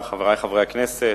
חברי חברי הכנסת,